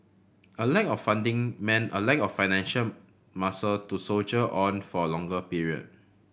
a lack of funding meant a lack of financial muscle to soldier on for a longer period